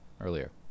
earlier